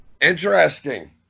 Interesting